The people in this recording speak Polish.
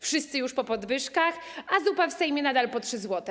Wszyscy już po podwyżkach, a zupa w Sejmie nadal po 3 zł.